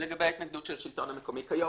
לגבי ההתנגדות של השלטון המקומי: כיום,